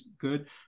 good